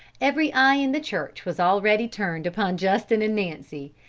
every eye in the church was already turned upon justin and nancy,